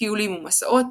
טיולים ומסעות,